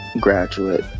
graduate